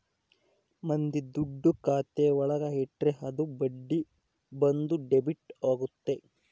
ಮಂದಿ ದುಡ್ಡು ಖಾತೆ ಒಳಗ ಇಟ್ರೆ ಅದು ಬಡ್ಡಿ ಬಂದು ಡೆಬಿಟ್ ಆಗುತ್ತೆ